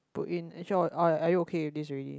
put in actually or are you okay with this already